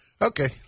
okay